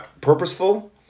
purposeful